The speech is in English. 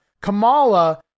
Kamala